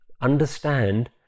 understand